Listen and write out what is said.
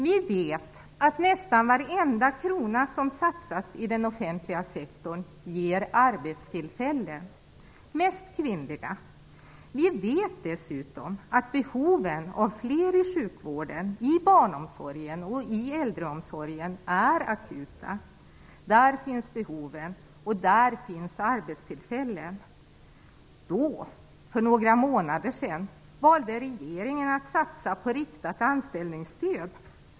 Vi vet att nästan varenda krona som satsas i den offentliga sektorn ger arbetstillfällen - mest för kvinnor. Vi vet dessutom att behoven av fler jobb i sjukvården, i barnomsorgen och i äldreomsorgen är akuta. Där finns behoven, och där finns arbetstillfällena. Då, för några månader sedan, valde regeringen att satsa på riktat anställningsstöd.